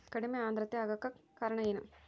ಕಡಿಮೆ ಆಂದ್ರತೆ ಆಗಕ ಕಾರಣ ಏನು?